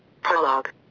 Prologue